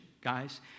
guys